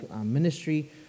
ministry